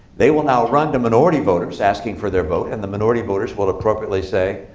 they will now run to minority voters, asking for their vote. and the minority voters will appropriately say,